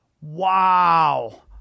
Wow